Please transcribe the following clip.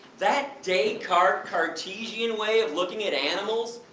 that descartes' cartesian way of looking at animals,